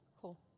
Cool